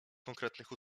konkretnych